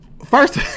First